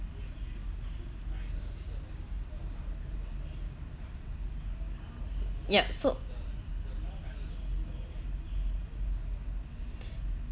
yup so